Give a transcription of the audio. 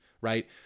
right